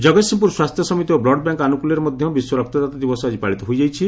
ଜଗତସିଂହପୁର ସ୍ୱାସ୍ଥ୍ୟ ସମିତି ଓ ବୁଡବ୍ୟାଙ୍କ ଆନୁକୁଲ୍ୟରେ ବିଶ୍ୱ ରକ୍ତଦାତା ଦିବସ ଆଜି ପାଳିତ ହୋଇଯାଇଛି